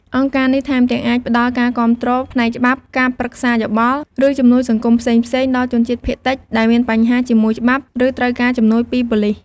អង្គការនេះថែមទាំងអាចផ្តល់ការគាំទ្រផ្នែកច្បាប់ ការប្រឹក្សាយោបល់ ឬជំនួយសង្គមផ្សេងៗដល់ជនជាតិភាគតិច ដែលមានបញ្ហាជាមួយច្បាប់ ឬត្រូវការជំនួយពីប៉ូលិស។